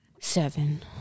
seven